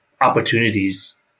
opportunities